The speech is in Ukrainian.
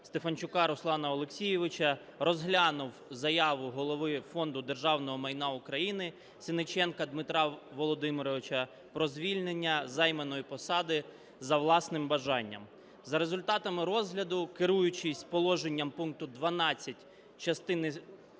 Стефанчука Руслана Олексійовича розглянув заяву Голови Фонду державного майна України Сенниченка Дмитра Володимировича про звільнення з займаної посади за власним бажання. За результатами розгляду, керуючись положенням пункту 12 частини